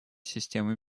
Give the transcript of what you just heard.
системы